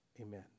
Amen